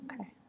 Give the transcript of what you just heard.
Okay